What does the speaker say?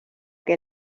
que